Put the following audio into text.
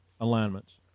alignments